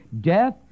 Death